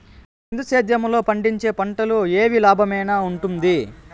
బిందు సేద్యము లో పండించే పంటలు ఏవి లాభమేనా వుంటుంది?